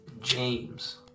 James